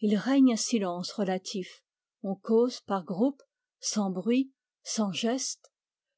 il règne un silence relatif on cause par groupes sans bruit sans gestes